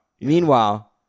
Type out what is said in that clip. Meanwhile